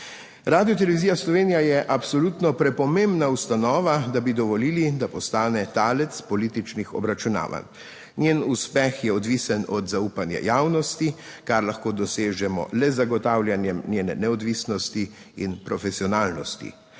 Radiotelevizija Slovenija je absolutno prepomembna ustanova, da bi dovolili, da postane talec političnih obračunavanj. Njen uspeh je odvisen od zaupanja javnosti, kar lahko dosežemo le z zagotavljanjem njene neodvisnosti in profesionalnosti.